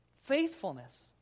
faithfulness